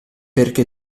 perché